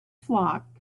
flock